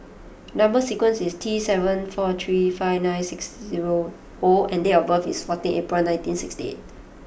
number sequence is T seven four three five nine six zero O and date of birth is fourteen April nineteen sixty eight